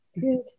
good